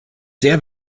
sehr